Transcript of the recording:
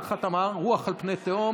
המאמר "רוח על פני תהום".